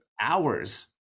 hours